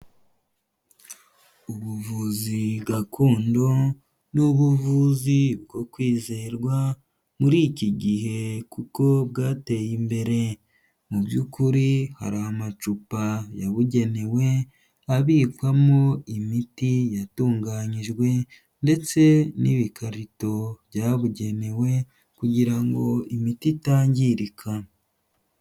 Ubuvuzi gakondo ni ubuvuzi bwo kwizerwa muri iki gihe kuko bwateye imbere. Mu by'ukuri hari amacupa yabugenewe abikwamo imiti yatunganyijwe, ndetse n'ibikarito byabugenewe kugira ngo imiti itangirika.